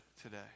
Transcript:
today